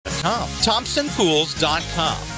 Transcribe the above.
thompsonpools.com